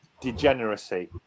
degeneracy